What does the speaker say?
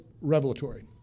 revelatory